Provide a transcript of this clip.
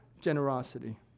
generosity